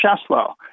Cheslow